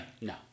No